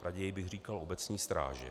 Raději bych říkal obecní stráže.